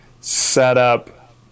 setup